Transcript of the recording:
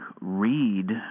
read